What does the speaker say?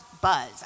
Buzz